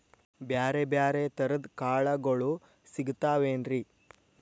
ಬ್ಯಾರೆ ಬ್ಯಾರೆ ತರದ್ ಕಾಳಗೊಳು ಸಿಗತಾವೇನ್ರಿ?